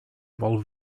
while